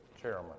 chairman